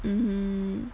mmhmm